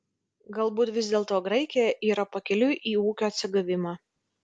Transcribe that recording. galbūt vis dėlto graikija yra pakeliui į ūkio atsigavimą